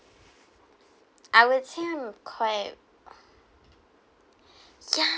I would say I'm quite yeah